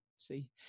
see